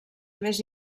més